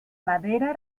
madera